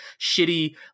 shitty